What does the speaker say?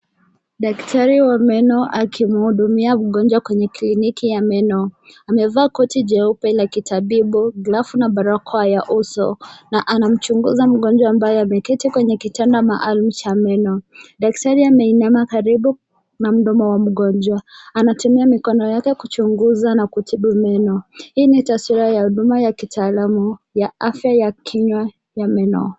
Daktari wa meno akimhudumia mgonjwa kwenye kliniki ya meno. Amevaa koti jeupe la kitabibu, glavu na barakoa ya uso na anamchunguza mgonjwa ambaye ameketi kwenye kitanda maalum cha meno. Daktari ameinama karibu na mdomo wa mgonjwa. Anatumia mikono yake kuchunguza na kutibu meno. Hii ni taswira ya huduma ya kitaalamu ya afya ya kinywa ya meno.